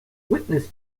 witness